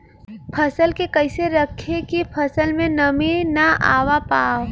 फसल के कैसे रखे की फसल में नमी ना आवा पाव?